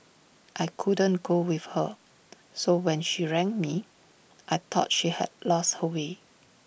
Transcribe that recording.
I couldn't go with her so when she rang me I thought she had lost her way